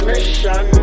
Mission